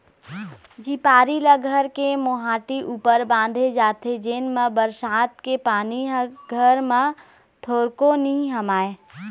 झिपारी ल घर के मोहाटी ऊपर बांधे जाथे जेन मा बरसात के पानी ह घर म थोरको नी हमाय